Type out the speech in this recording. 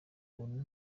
buntu